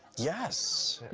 yes.